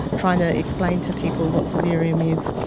trying to explain to people what delirium is,